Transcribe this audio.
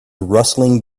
rustling